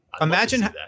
Imagine